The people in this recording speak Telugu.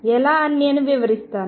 ఎలా అని నేను వివరిస్తాను